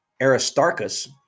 Aristarchus